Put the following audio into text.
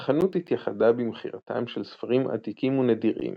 החנות התייחדה במכירתם של ספרים עתיקים ונדירים,